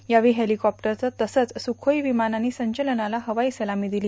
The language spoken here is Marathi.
यावेळी हेलीकॉप्टर तसंच सुखोई विमानानी संचलनाला हवाई सलामी दिली